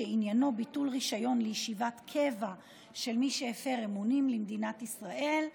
שעניינו ביטול רישיון לישיבת קבע של מי שהפר אמונים למדינת ישראל.